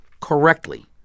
correctly